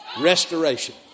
Restoration